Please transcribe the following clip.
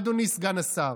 אדוני סגן השר?